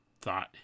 thought